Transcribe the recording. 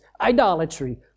idolatry